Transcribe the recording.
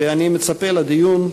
ואני מצפה לדיון,